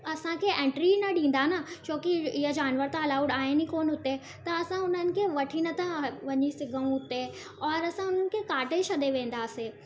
असांखे एंट्र्री ई न ॾींदा न छोकी इहो जानवरु त अलाऊड आहिनि ई कोन उते और असां उन्हनि खे काॾे छॾे वेंदासे